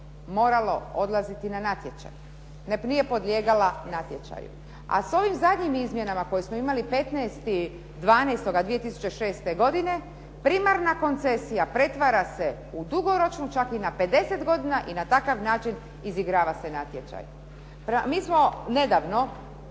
moralo odlaziti na natječaj, nije podlijegala natječaju. A sa ovim zadnjim izmjenama koje smo imali 15. 12. 2006. godine primarna koncesija pretvara se u dugoročnu, čak i na 50 godina i na takav način izigrava se natječaj. Mi smo nedavno